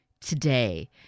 today